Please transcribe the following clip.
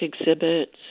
exhibits